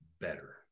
better